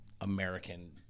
American